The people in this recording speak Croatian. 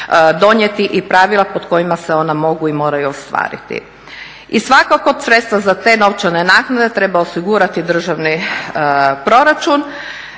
donijeti i pravila pod kojima se ona mogu i moraju ostvariti. I svakako sredstva za te novčane naknade treba osigurati državni proračun,